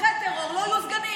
תומכי טרור לא יהיו סגנים,